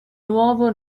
nuovo